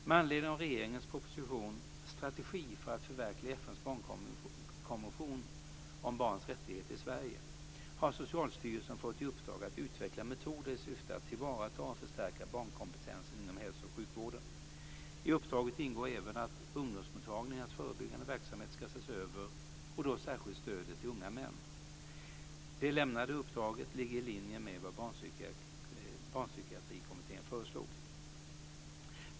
Med anledning av regeringens proposition Strategi för att förverkliga FN:s barnkonvention om barns rättigheter i Sverige har Socialstyrelsen fått i uppdrag att utveckla metoder i syfte att tillvarata och förstärka barnkompetensen inom hälso och sjukvården. I uppdraget ingår även att ungdomsmottagningarnas förebyggande verksamhet ska ses över och då särskilt stödet till unga män. Det lämnade uppdraget ligger i linje med vad Barnpsykiatrikommittén föreslog.